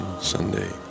Sunday